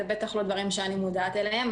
זה בטח לא דברים שאני מודעת אליהם.